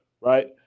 right